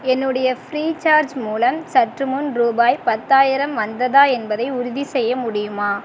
என்னுடைய ஃப்ரீசார்ஜ் மூலம் சற்று முன் ரூபாய் பத்தாயிரம் வந்ததா என்பதை உறுதி செய்ய முடியுமா